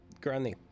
Granny